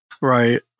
Right